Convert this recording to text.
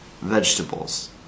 vegetables